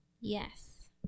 Yes